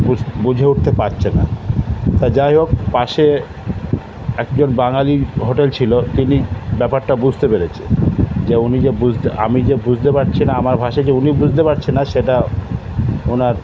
বুঝে উঠতে পারছে না তা যাই হোক পাশে একজন বাঙালির হোটেল ছিল তিনি ব্যাপারটা বুঝতে পেরেছে তো উনি যে বুঝতে আমি যে বুঝতে পারছি না আমার ভাষাকে উনি বুঝতে পারছে না সেটা ওনার